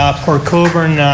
ah port coal burn